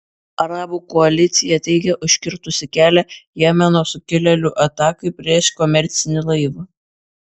arabų koalicija teigia užkirtusi kelią jemeno sukilėlių atakai prieš komercinį laivą